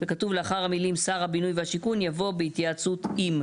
וכתוב לאחר המילים "שר הבינוי והשיכון" יבוא "בהתייעצות עם".